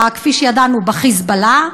כפי שידענו, ב"חיזבאללה",